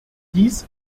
dies